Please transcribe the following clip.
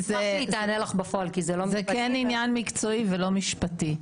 זה כן עניין מקצועי ולא משפטי.